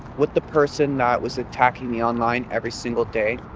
with the person that was attacking me online every single day.